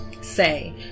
say